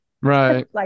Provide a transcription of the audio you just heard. right